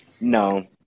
No